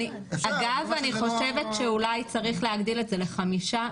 אגב, אני חושבת שאולי צריך להגדיל את זה לחמישה.